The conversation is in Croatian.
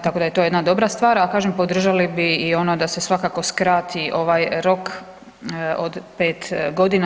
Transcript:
Tako da je to jedna dobra stvar, a kažem podržali bi i ono da se svakako skrati ovaj rok od 5 godina.